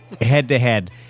Head-to-head